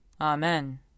Amen